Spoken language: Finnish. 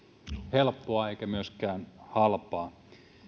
helppoa eikä myöskään halpaa